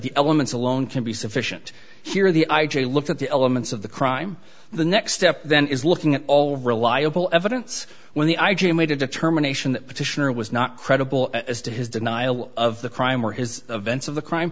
the elements alone can be sufficient here the i j a looked at the elements of the crime the next step then is looking at all reliable evidence when the i g made a determination that petitioner was not credible as to his denial of the crime or his events of the crime